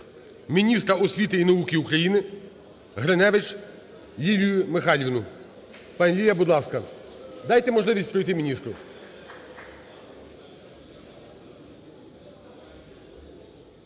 міністра освіти і науки України Гриневич Лілію Михайлівну. Пані Ліля, будь ласка. Дайте можливість пройти міністру.